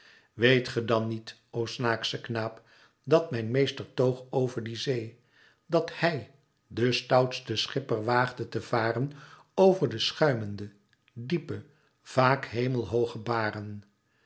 weet ge dan niet o snaaksche knaap dat mijn meester toog over die zee dat hij de stoutste schipper waagde te varen over de schuimende diepe vaak hemelhooge baren